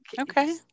Okay